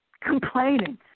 complaining